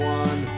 one